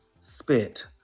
spit